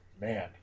man